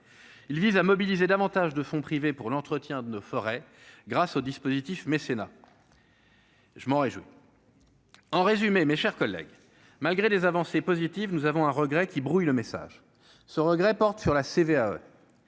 il vise à mobiliser davantage de fonds privés pour l'entretien de nos forêts, grâce au dispositif mécénat. Je m'en réjouis, en résumé, mes chers collègues, malgré des avancées positives, nous avons un regret qui brouille le message ce regret porte sur la CVAE,